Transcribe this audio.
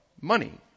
money